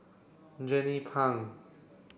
Jernnine Pang